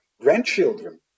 grandchildren